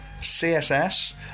CSS